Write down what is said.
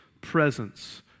presence